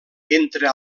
entre